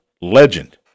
legend